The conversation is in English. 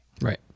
Right